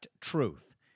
Truth